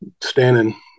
standing